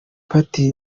party